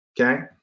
okay